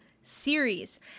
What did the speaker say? series